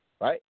Right